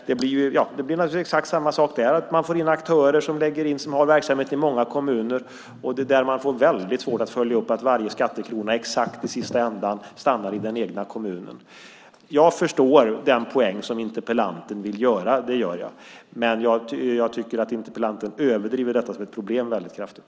Det blir naturligtvis exakt samma sak där: Man får in aktörer som har verksamhet i många kommuner, och man får väldigt svårt att följa upp att varje skattekrona exakt i slutändan stannar i den egna kommunen. Jag förstår den poäng som interpellanten vill föra fram, det gör jag, men jag tycker att interpellanten överdriver detta problem kraftigt.